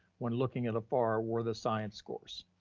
when looking at afar, where the science scores.